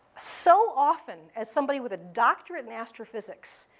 so often, as somebody with a doctorate in astrophysics,